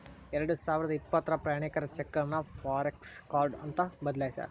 ಎರಡಸಾವಿರದ ಇಪ್ಪತ್ರಾಗ ಪ್ರಯಾಣಿಕರ ಚೆಕ್ಗಳನ್ನ ಫಾರೆಕ್ಸ ಕಾರ್ಡ್ ಅಂತ ಬದಲಾಯ್ಸ್ಯಾರ